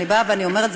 אני אומרת,